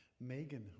Megan